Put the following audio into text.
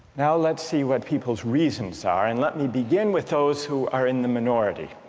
now let's see what people's reasons are, and let me begin with those who are in the minority.